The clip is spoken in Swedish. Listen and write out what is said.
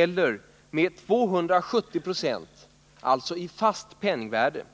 eller med 270 Yo i fast penningvärde!